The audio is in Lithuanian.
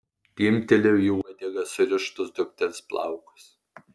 timpteliu į uodegą surištus dukters plaukus